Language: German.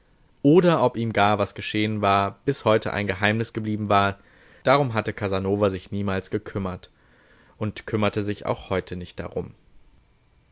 oder ob ihm gar was geschehen war bis heute ein geheimnis geblieben war darum hatte casanova sich niemals gekümmert und kümmerte sich auch heute nicht darum